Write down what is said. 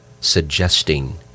suggesting